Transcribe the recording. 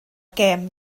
gêm